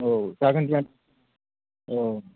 औ जागोन जागोन औ